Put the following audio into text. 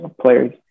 players